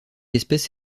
espèce